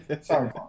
Sorry